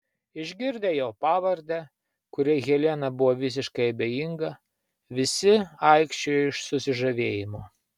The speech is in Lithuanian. išgirdę jo pavardę kuriai helena buvo visiškai abejinga visi aikčiojo iš susižavėjimo